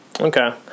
Okay